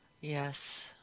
Yes